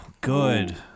good